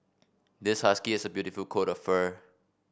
this husky has a beautiful coat of fur